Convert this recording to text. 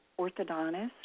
orthodontist